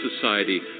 society